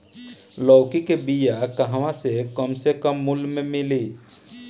लौकी के बिया कहवा से कम से कम मूल्य मे मिली?